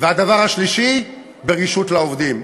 והדבר השלישי, ברגישות לעובדים.